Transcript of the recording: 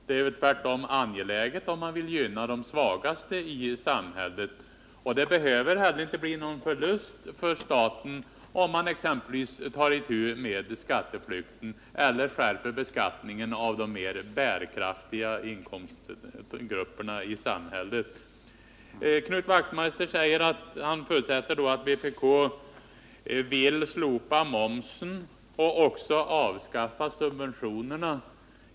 Det är tvärtom angeläget, om man vill gynna de svagaste i samhället. Det behöver inte heller bli någon förlust för staten, om man exempelvis tar itu med skatteflykten och skärper beskattningen av de mer bärkraftiga inkomstgrupperna i samhället. Knut Wachtmeister förutsätter att vpk vill slopa matmomsen och även avskaffa subventionerna.